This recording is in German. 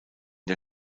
der